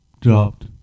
Dropped